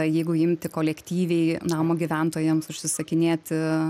jeigu imti kolektyviai namo gyventojams užsisakinėti